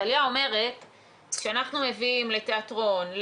טליה אומרת שכשאנחנו מביאים לתיאטרון,